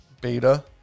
beta